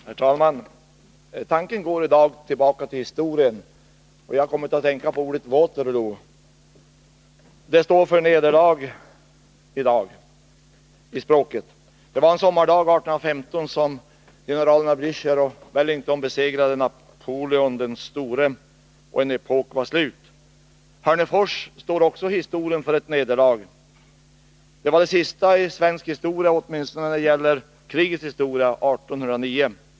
Herr talman! Tanken går i dag tillbaka i historien. Jag har kommit att tänka på ordet Waterloo. Det står för nederlag i språket. Det var en sommardag 1815 som generalerna Blächer och Wellington besegrade Napoleon den store, och en epok var slut. Hörnefors står också i historien för ett nederlag. Det var det sista i svensk historia, åtminstone när det gäller krigets historia 1809.